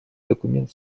документ